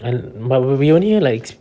and but we only hear like